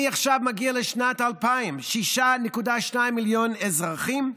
אני מגיע לשנת 2000. 6.2 מיליון אזרחים,